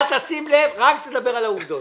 אל תשים לב, רק תדבר על העובדות.